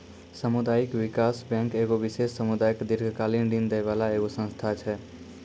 समुदायिक विकास बैंक एगो विशेष समुदाय के दीर्घकालिन ऋण दै बाला एगो संस्था छै